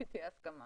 שתהיה הסכמה